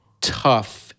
tough